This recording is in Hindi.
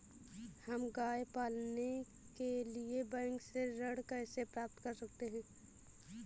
हम गाय पालने के लिए बैंक से ऋण कैसे प्राप्त कर सकते हैं?